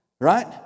Right